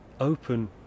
Open